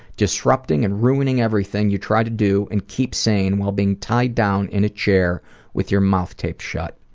disrupting and ruining everything you try to do and keep sane while being tied down in a chair with your mouth taped shut.